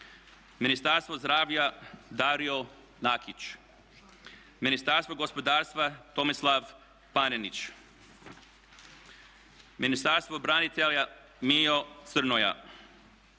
Ministarstvo zdravlja Dario Nakić. Ministarstvo gospodarstva Tomislav Panenić. Ministarstvo branitelja Mijo Crnoja.